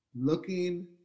looking